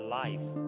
life